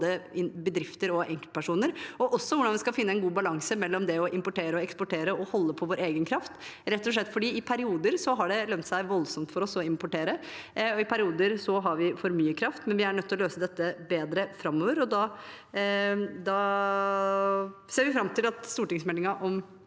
både bedrifter og enkeltpersoner, og også hvordan vi skal finne en god balanse mellom det å importere og eksportere og holde på vår egen kraft, rett og slett fordi det i perioder har lønt seg voldsomt for oss å importere, og fordi vi i perioder har for mye kraft. Men vi er nødt til å løse dette bedre framover, og da ser vi fram til at stortingsmeldingen om